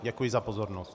Děkuji za pozornost.